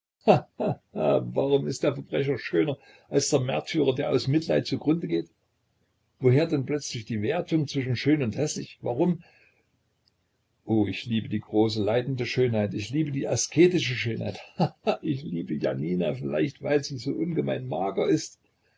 warum ist der verbrecher schöner als der märtyrer der aus mitleid zu grunde geht woher denn plötzlich die wertung zwischen schön und häßlich warum o ich liebe die große leidende schönheit ich liebe die asketische schönheit ha ha ich liebte janina vielleicht weil sie so ungemein mager ist